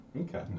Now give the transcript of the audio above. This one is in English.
Okay